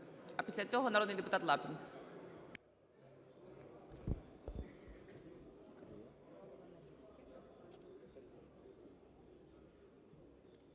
А після цього народний депутат Лапін.